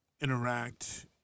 interact